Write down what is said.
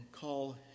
call